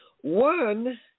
one